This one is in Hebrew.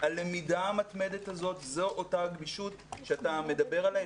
הלמידה המתמדת הזאת זו אותה גמישות שאתה מדבר עליה,